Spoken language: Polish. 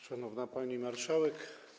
Szanowna Pani Marszałek!